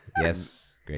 Yes